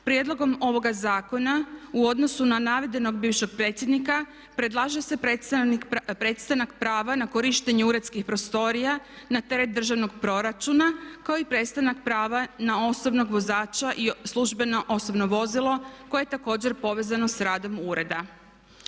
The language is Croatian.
prijedlogom ovoga zakona u odnosu na navedenog bivšeg predsjednika predlaže se prestanak prava na korištenje uredskih prostorija na teret državnog proračuna kao i prestanak prava na osobnog vozača i službeno osobno vozilo koje je također povezano sa radom ureda.